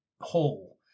whole